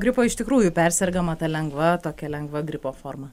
gripo iš tikrųjų persergama lengva tokia lengva gripo forma